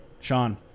Sean